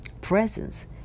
presence